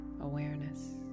awareness